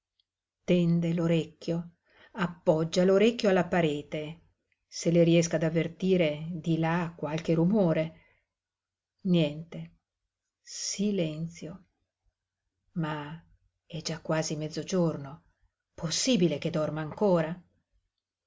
tende l'orecchio appoggia l'orecchio alla parete se le riesca d'avvertire di là qualche rumore niente silenzio ma è già quasi mezzogiorno possibile che dorma ancora